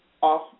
off